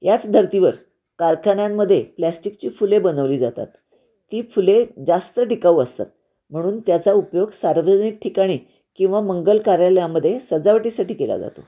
याच धरतीवर कारखान्यांमध्ये प्लॅस्टिकची फुले बनवली जातात ती फुले जास्त टिकाऊ असतात म्हणून त्याचा उपयोग सार्वजनिक ठिकाणी किंवा मंगल कार्यालयामध्ये सजावटीसाठी केला जातो